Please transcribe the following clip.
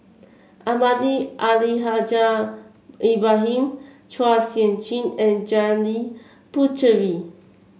Almahdi Al Haj Ibrahim Chua Sian Chin and Janil Puthucheary